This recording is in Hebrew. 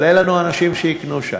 אבל אין לנו אנשים שיקנו שם.